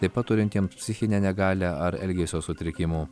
taip pat turintiem psichinę negalią ar elgesio sutrikimų